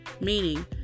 meaning